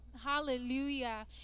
Hallelujah